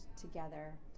together